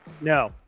No